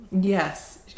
Yes